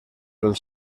els